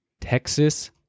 Texas